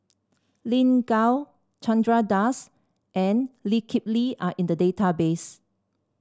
Lin Gao Chandra Das and Lee Kip Lee are in the database